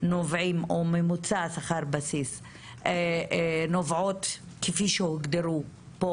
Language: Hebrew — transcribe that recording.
או ממוצע שכר הבסיס כפי שהוגדרו פה,